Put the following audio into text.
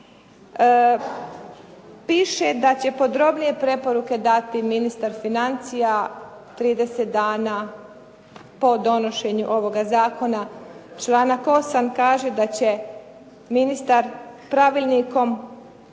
Piše da će podrobnije preporuke dati ministar financija 30 dana po donošenju ovoga zakona. Članak 8. kaže da će ministar pravilnikom